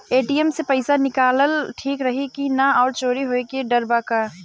ATM से पईसा निकालल ठीक रही की ना और चोरी होये के डर बा का?